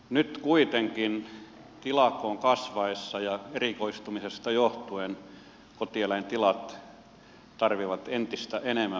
nyt kuitenkin tilakoon kasvaessa ja erikoistumisesta johtuen kotieläintilat tarvitsevat entistä enemmän peltopinta alaa